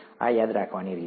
આ યાદ રાખવાની રીત છે